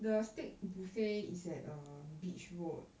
the steak buffet is at err beach road